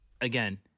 Again